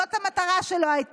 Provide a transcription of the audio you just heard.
זאת הייתה המטרה שלו: